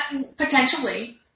potentially